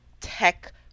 tech